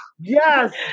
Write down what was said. Yes